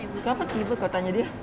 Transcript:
siapa trigger kau tanya dia